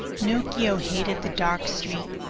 pinocchio hated the dark street,